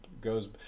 goes